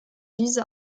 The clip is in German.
diese